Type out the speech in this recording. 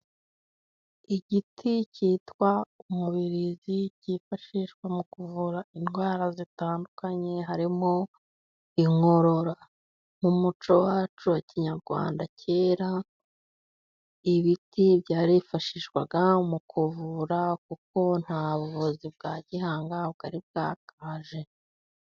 Igiti cyitwa umubirizi cyifashishwa mu kuvura indwara zitandukanye harimo inkorora. Mu muco wacu wa kinyarwanda kera ibiti byarifashishwaga mu kuvura , kuko nta buvuzi bwa gihanga bwari bwakaje.